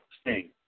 Sting